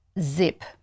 zip